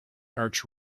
arch